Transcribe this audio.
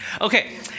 Okay